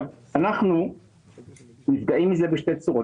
אנחנו נפגעים מזה בשתי צורות.